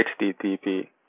HTTP